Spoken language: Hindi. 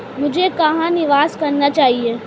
मुझे कहां निवेश करना चाहिए?